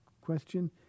question